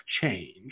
change